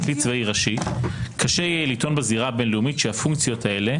או פרקליט צבאי ראשי קשה יהיה לטעון בזירה הבין-לאומית שהפונקציות האלה,